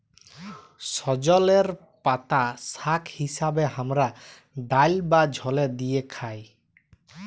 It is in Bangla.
সজলের পাতা শাক হিসেবে হামরা ডাল বা ঝলে দিয়ে খাই